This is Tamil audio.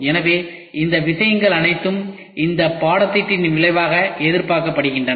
எனவே இந்த விஷயங்கள் அனைத்தும் இந்த பாடத்தின் விளைவாக எதிர்பார்க்கப்படுகின்றன